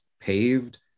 paved